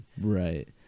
Right